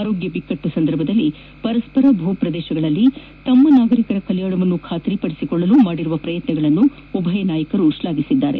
ಆರೋಗ್ಯ ಬಿಕ್ಕಟ್ಟಿನ ಸಂದರ್ಭದಲ್ಲಿ ಪರಸ್ಪರ ಭೂಪ್ರದೇಶಗಳಲ್ಲಿ ತಮ್ಮ ನಾಗರಿಕರ ಕಲ್ಯಾಣವನ್ನು ಖಚಿತಪಡಿಸಿಕೊಳ್ಳಲು ಮಾಡಿದ ಪ್ರಯತ್ನಗಳನ್ನು ಉಭಯ ನಾಯಕರು ಶ್ಲಾಘಿಸಿದ್ದಾರೆ